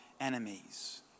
enemies